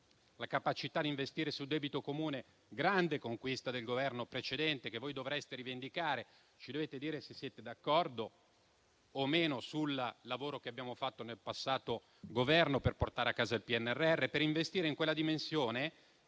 e capacità di investire sul debito comune, grande conquista del Governo precedente, che voi dovreste rivendicare. Ci dovete dire se siete d'accordo o no sul lavoro che abbiamo fatto nel passato Governo per portare a casa il PNRR e per investire in quella dimensione